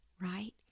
right